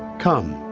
come.